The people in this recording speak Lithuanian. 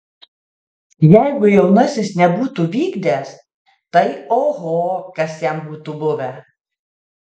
jeigu jaunasis nebūtų vykdęs tai oho kas jam būtų buvę